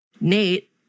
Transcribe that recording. Nate